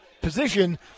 position